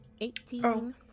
Eighteen